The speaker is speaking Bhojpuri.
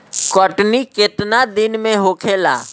कटनी केतना दिन में होखेला?